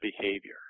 behavior